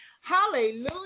hallelujah